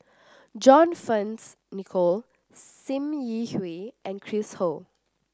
John Fearns Nicoll Sim Yi Hui and Chris Ho